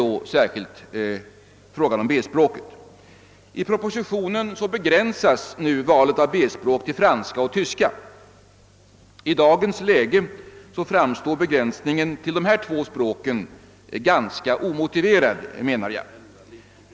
I propositionen begränsas nu valet av B-språk till franska och tyska. I dagens läge framstår begränsningen till dessa två språk som ganska omotiverad, menar jag.